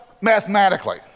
mathematically